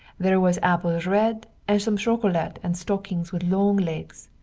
there was apples red and some chocolate and stockings with long legs.